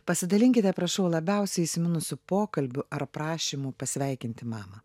pasidalinkite prašau labiausiai įsiminusių pokalbių ar prašymų pasveikinti mamą